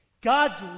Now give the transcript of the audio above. God's